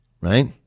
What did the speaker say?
right